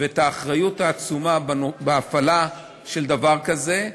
ואת האחריות העצומה בהפעלה של דבר כזה,